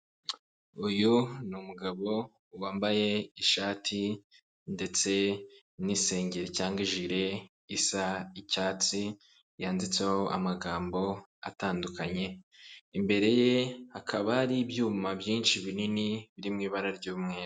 Uyu ni umugabo wambaye ishati ndetse n'isengeri cyangwa ijire isa icyatsi yanditseho amagambo atandukanye, imbere ye hakaba hari ibyuma byinshi binini biri mu ibara ry'umweru.